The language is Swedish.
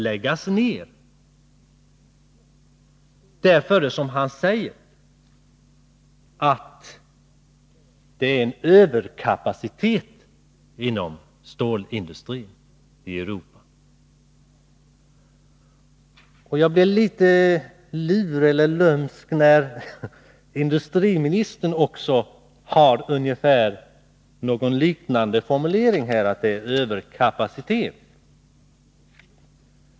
Han sade att det råder överkapacitet inom stålindustrin i Europa. Industriministern känner säkert till det uttalandet. Jag blir litet lömsk när industriministern också har en liknande formulering rörande frågan om överkapacitet.